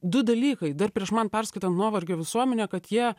du dalykai dar prieš man perskaitant nuovargio visuomenę kad jie